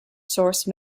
source